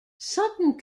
sutton